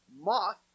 Moth